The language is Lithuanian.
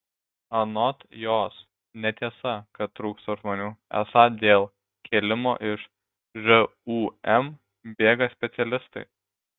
anot jos netiesa kad trūksta žmonių esą dėl kėlimo iš žūm bėga specialistai